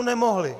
Nemohli!